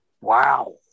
Wow